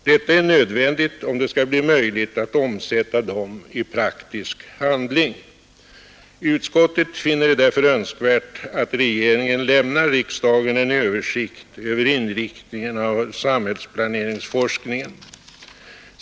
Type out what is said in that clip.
Detta är nödvändigt om det skall bli möjligt att omsätta dem i praktisk handling. Utskottet finner det därför önskvärt att regeringen lämnar riksdagen en översikt över inriktningen av samhällsplaneringsforskningen.